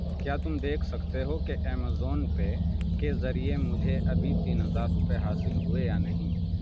کیا تم دیکھ سکتے ہو کہ ایمیزون پے کے ذریعے مجھے ابھی تین ہزار روپئے حاصل ہوئے یا نہیں